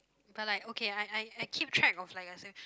but like okay I I I keep track of like the same